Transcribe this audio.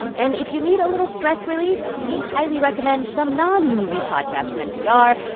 and if you need a little stress relief, we highly recommend some non-newsy podcasts from npr.